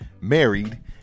Married